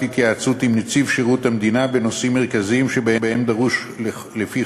התייעצות עם נציב שירות המדינה בנושאים מרכזיים שבהם דרוש לפי